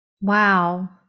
Wow